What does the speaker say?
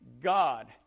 God